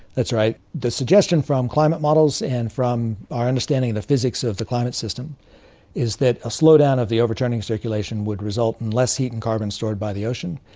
that's right. the suggestion from climate models and from our understanding of the physics of the climate system is that a slow-down of the overturning circulation would result in less heat and carbon stored by the ocean,